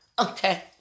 okay